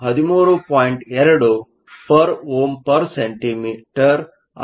2 Ω 1 cm 1 ಆಗಿರುತ್ತದೆ